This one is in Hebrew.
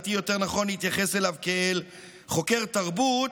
שלדעתי יותר נכון להתייחס אליו כחוקר תרבות,